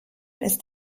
ist